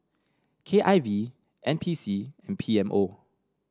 K I V N P C and P M O